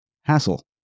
hassle